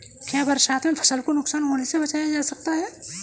क्या बरसात में फसल को नुकसान होने से बचाया जा सकता है?